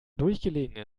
durchgelegen